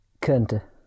könnte